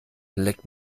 leck